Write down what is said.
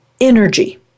Energy